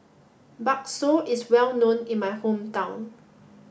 Bakso is well known in my hometown